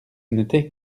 n’était